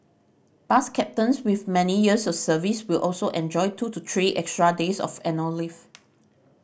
bus captains with manye years of service will also enjoy two to three extra days of annual leave